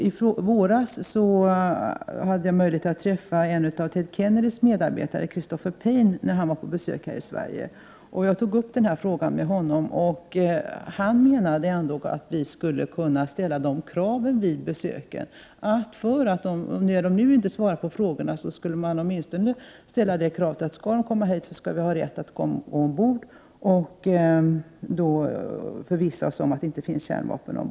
I våras hade jag möjlighet att träffa en av Ted Kennedys medarbetare, Christoffer Paine, när denne var på besök i Sverige, och jag tog då upp den här frågan med honom. Han menade att vi, när man nu inte svarar på våra frågor, åtminstone skulle kunna ställa det kravet i samband med flottbesöken att vi för att de skall få komma hit skall ha rätt att gå ombord och förvissa oss om att det inte finns kärnvapen där.